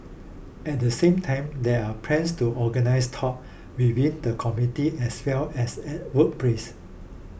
at the same time there are plans to organise talk within the community as well as at workplace